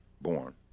born